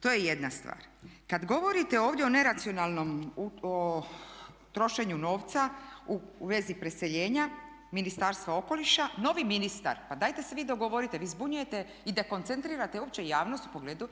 To je jedna stvar. Kad govorite ovdje o neracionalnom trošenju novca u vezi preseljenja Ministarstva okoliša novi ministar, pa dajte se vi dogovorite, vi zbunjujete i dekoncentrirate opću javnost u pogledu